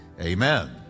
Amen